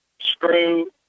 screw